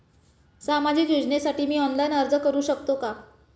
सामाजिक योजनेसाठी मी ऑनलाइन अर्ज करू शकतो का?